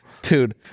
dude